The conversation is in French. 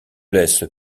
laisse